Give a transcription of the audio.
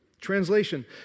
Translation